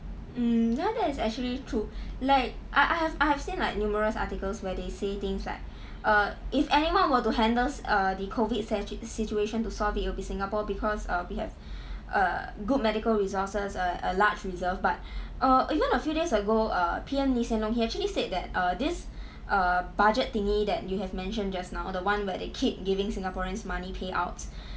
mm ya that is actually true like I I have I have seen like numerous articles where they say things like err if anyone were to handle err the COVID sit~ situation to solve it'll be singapore because err we have err good medical resources a a large reserve but err even a few days ago uh P_M lee hsien loong he actually said that err this err budget thingy that you have mentioned just now the one where they keep giving singaporeans money pay out